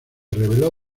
reveló